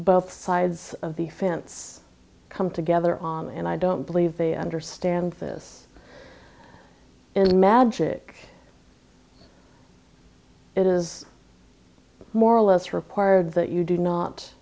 both sides of the fence come together on and i don't believe they understand this in magic it is more or less required that you do not